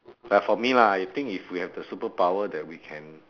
but for me lah I think if we have the superpower that we can